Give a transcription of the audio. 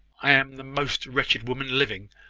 i am the most wretched woman living!